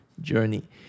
journey